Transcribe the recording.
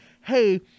hey